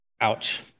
Ouch